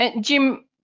Jim